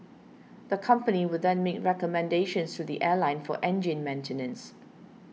the company would then make recommendations to the airline for engine maintenance